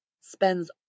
spends